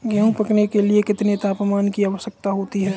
गेहूँ पकने के लिए कितने तापमान की आवश्यकता होती है?